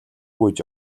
гүйж